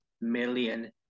million